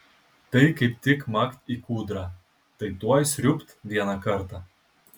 tai kaip tik makt į kūdrą tai tuoj sriūbt vieną kartą